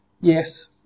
Yes